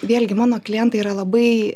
vėlgi mano klientai yra labai